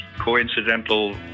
coincidental